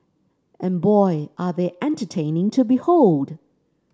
and boy are they entertaining to behold